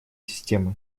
системы